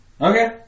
Okay